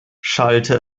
schallte